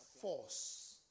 force